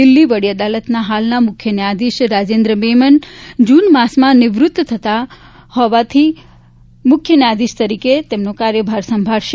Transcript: દિલ્હી વડી અદાલતના હાલના મુખ્ય ન્યાયધીશ રાજેન્દ્ર મેનન જૂન માસમાં નિવૃત્ત થયા બાદ તેઓ મુખ્ય ન્યાયાધીશ તરીકે કાર્યભાર સંભાળશે